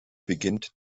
beginnt